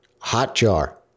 Hotjar